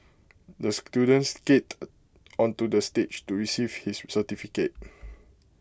the student skated onto the stage to receive his certificate